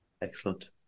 Excellent